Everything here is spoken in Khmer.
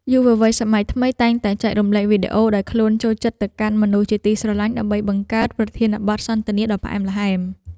យុវវ័យសម័យថ្មីតែងតែចែករំលែកវីដេអូដែលខ្លួនចូលចិត្តទៅកាន់មនុស្សជាទីស្រឡាញ់ដើម្បីបង្កើតប្រធានបទសន្ទនាដ៏ផ្អែមល្ហែម។